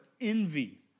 envy